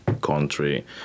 country